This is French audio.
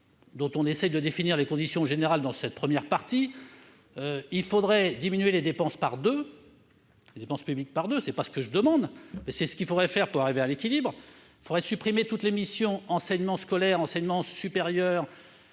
dont on essaye de définir les conditions générales dans cette première partie du texte, il faudrait diviser les dépenses publiques par deux. Ce n'est pas ce que je demande, mais c'est ce qu'il faudrait faire pour arriver à l'équilibre. Il faudrait supprimer toutes les missions, « Enseignement scolaire »,« Recherche et enseignement supérieur